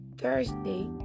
Thursday